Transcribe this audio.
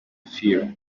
fear